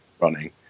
running